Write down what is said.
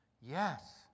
Yes